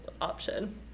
option